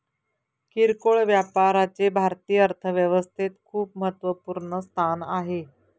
किरकोळ व्यापाराचे भारतीय अर्थव्यवस्थेत खूप महत्वपूर्ण स्थान आहे